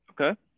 Okay